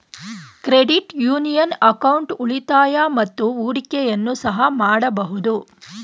credit union account ಉಳಿತಾಯ ಮತ್ತು ಹೂಡಿಕೆಯನ್ನು ಸಹ ಮಾಡಬಹುದು